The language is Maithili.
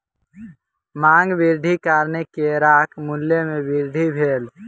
मांग वृद्धिक कारणेँ केराक मूल्य में वृद्धि भेल